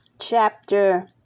Chapter